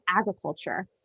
agriculture